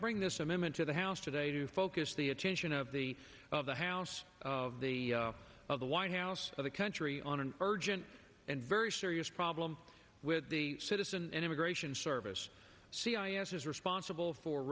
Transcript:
bring this amendment to the house today to focus the attention of the of the house of the of the white house for the country on an urgent and very serious problem with the citizen and immigration service c i s is responsible fo